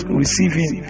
receiving